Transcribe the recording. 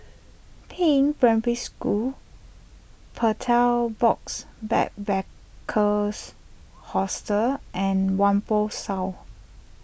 Peiying Primary School Betel Box Backpackers Hostel and Whampoa South